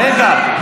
רגע,